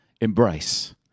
embrace